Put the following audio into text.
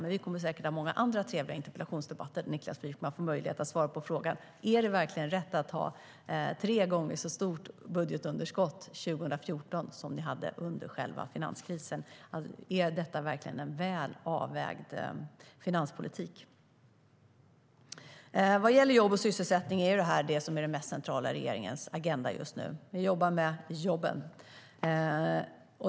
Men vi kommer säkert att ha många andra trevliga interpellationsdebatter där Niklas Wykman får möjlighet att svara på frågan: Är det verkligen rätt att ha tre gånger så stort budgetunderskott 2014 som ni hade under själva finanskrisen? Är detta verkligen en väl avvägd finanspolitik? Jobb och sysselsättning är det mest centrala på regeringens agenda just nu. Vi jobbar med jobben.